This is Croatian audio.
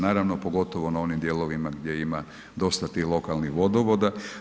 Naravno pogotovo na onim dijelovima gdje ima dosta tih lokalnih vodovoda.